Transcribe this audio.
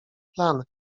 plan